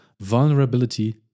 vulnerability